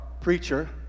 preacher